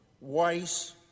Weiss